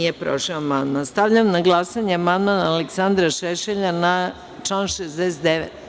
Stavljam na glasanje amandman Aleksandra Šešelja na član 69.